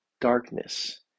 darkness